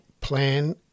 plan